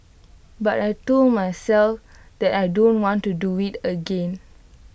but I Told myself that I don't want to do IT again